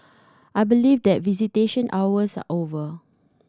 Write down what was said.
I believe that visitation hours are over